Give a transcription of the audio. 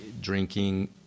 drinking